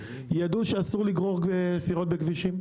ידעו שאסור לגרור סירות בכבישים?